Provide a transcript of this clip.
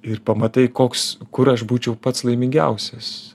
ir pamatai koks kur aš būčiau pats laimingiausias